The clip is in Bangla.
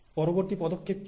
পরবর্তী পদক্ষেপ কী